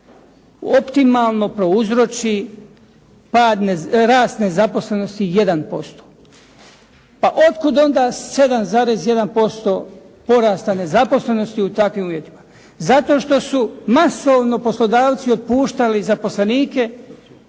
optimalno prouzroči rast nezaposlenosti 1%. Pa otkud onda 7,1% porasta nezaposlenosti u takvim uvjetima? Zato što su masovni poslodavci otpuštali zaposlenike